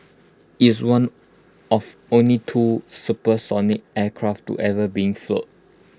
is one of only two supersonic aircraft to ever being flown